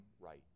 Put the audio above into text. right